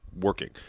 working